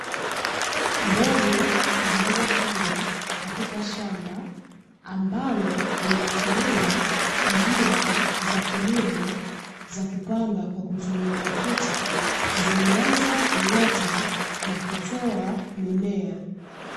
mbegu zilizopandwa katika shamba, ambalo linatumia njia za kilimo za kupanda kwa kutumia matuta, zimeanza kuota na kutoa mimea